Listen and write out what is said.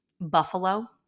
Buffalo